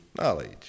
knowledge